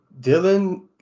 dylan